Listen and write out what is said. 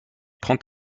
prend